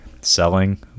selling